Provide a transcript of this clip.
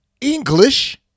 English